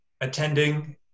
attending